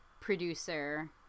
producer